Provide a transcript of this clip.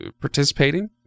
participating